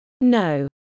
No